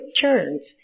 turns